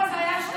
קודם כול זה היה,